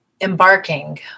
embarking